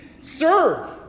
serve